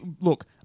look